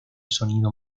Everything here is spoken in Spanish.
sonido